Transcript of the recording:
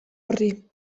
horri